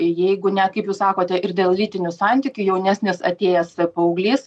jeigu ne kaip jūs sakote ir dėl lytinių santykių jaunesnis atėjęs paauglys